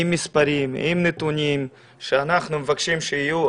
עם מספרים, עם נתונים, שאנחנו מבקשים שיהיו.